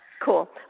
Cool